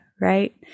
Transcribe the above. right